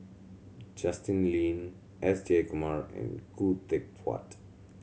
Justin Lean S Jayakumar and Khoo Teck Puat